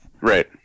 Right